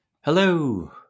Hello